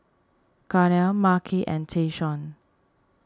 Gaynell Marquis and Tayshaun